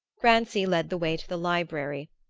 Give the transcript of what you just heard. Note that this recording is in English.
grancy led the way to the library,